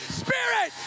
spirit